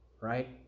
right